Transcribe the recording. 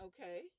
Okay